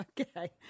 Okay